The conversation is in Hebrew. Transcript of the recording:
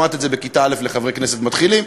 למדת את זה בכיתה א' לחברי כנסת מתחילים.